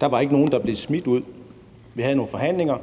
Der var ikke nogen, der blev smidt ud. Vi havde nogle forhandlinger.